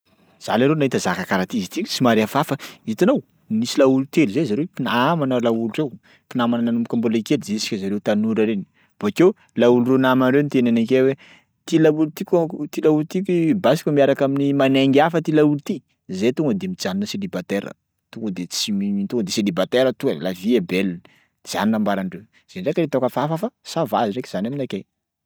Za leroa nahita zaka karaha ty izy ty somary hafahafa. Hitanao nisy laolo telo zay zareo mpinamana laolo reo mpinamana nanomboka mbola kely juska zareo tanora reny, bôkeo laolo reo nama reo niteny anakay hoe ty laolo tiky ank- ty laolo tiky basy fa miaraka amin'ny manaingy hafa ty laolo ty, zahay tonga de mijanona célibataire tonga de tsy mi- tonga de célibataire to e la vie est belle zany nambarandreo, zay ndraiky hitako hafahafa fa ça va ndraiky zany aminakay.